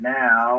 now